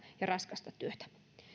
ja raskasta työtä